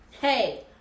hey